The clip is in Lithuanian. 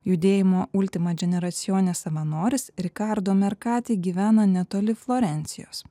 judėjimo ultimačineracijone savanoris rikardo merkati gyvena netoli florencijos